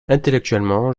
intellectuellement